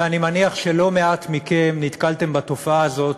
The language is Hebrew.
ואני מניח שלא מעט מכם נתקלו בתופעה הזאת,